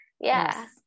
yes